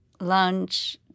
lunch